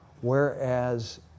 Whereas